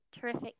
terrific